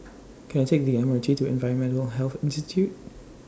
Can I Take The M R T to Environmental Health Institute